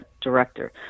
director